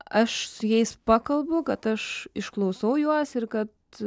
aš su jais pakalbu kad aš išklausau juos ir kad